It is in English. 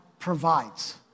provides